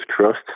trust